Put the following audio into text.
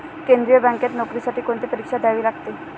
केंद्रीय बँकेत नोकरीसाठी कोणती परीक्षा द्यावी लागते?